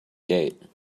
gate